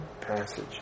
passage